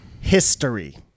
history